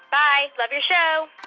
bye. love your show